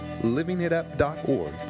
Livingitup.org